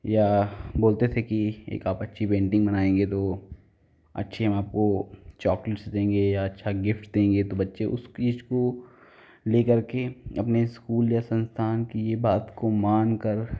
या बोलते थे कि एक आप अच्छी पेंटिंग बनाएँगे तो अच्छे आपको चॉकलेट्स देंगे या अच्छा गिफ्ट्स देंगे तो बच्चे उस चीज़ को लेकर के अपने स्कूल या संस्थान की यह बात को मान कर